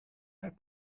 pas